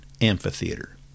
Amphitheater